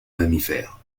mammifères